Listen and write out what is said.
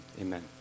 amen